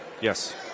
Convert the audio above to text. Yes